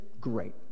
great